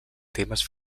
temes